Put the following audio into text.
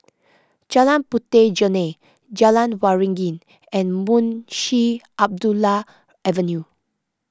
Jalan Puteh Jerneh Jalan Waringin and Munshi Abdullah Avenue